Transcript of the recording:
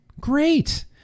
Great